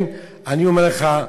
אני אומר לך,